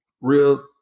real